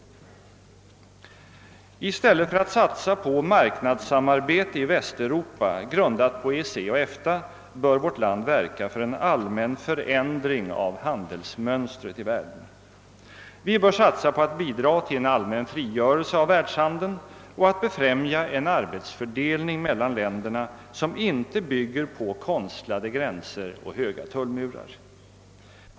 I stället för att satsa på marknadssamarbete i Västeuropa, grundat på EEC och EFTA, bör vårt land verka för en allmän förändring av handelsmönstret i världen. Vi bör satsa på att bidra till en allmän frigörelse av världshandeln och befrämja en arbetsfördelning mellan länderna som inte bygger på konstlade gränser och höga tullmurar.